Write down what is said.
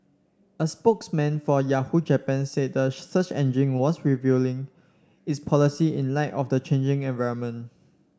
a spokesman for Yahoo Japan said the search engine was reviewing its policy in light of the changing environment